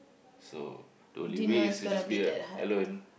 so the only way is to just be a~ alone